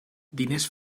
diners